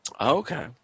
Okay